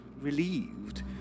relieved